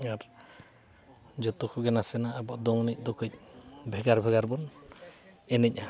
ᱟᱨ ᱡᱚᱛᱚ ᱠᱚᱜᱮ ᱱᱟᱥᱮᱱᱟᱜ ᱟᱵᱚᱣᱟᱜ ᱫᱚᱝ ᱮᱱᱮᱡ ᱫᱚ ᱱᱟᱥᱮᱱᱟᱜ ᱠᱟᱹᱡ ᱵᱷᱮᱜᱟᱨ ᱵᱷᱮᱜᱟᱨ ᱵᱚᱱ ᱮᱱᱮᱡᱟ